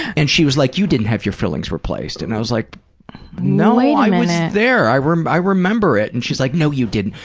and she was like you didn't have your fillings replaced. and i was like no, i was there. i remember i remember it. and she's like, no you didn't.